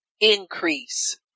Increase